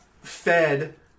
fed